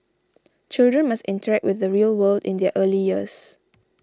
children must interact with the real world in their early years